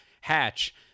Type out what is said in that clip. hatch